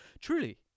Truly